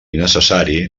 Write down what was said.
necessari